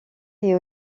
est